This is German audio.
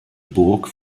burg